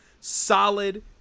solid